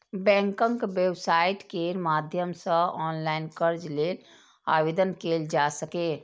बैंकक वेबसाइट केर माध्यम सं ऑनलाइन कर्ज लेल आवेदन कैल जा सकैए